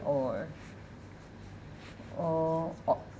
or or oh